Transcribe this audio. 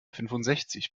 fünfundsechzig